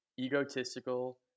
egotistical